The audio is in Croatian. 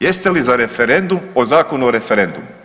Jeste li za referendum o Zakonu o referendumu?